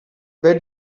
where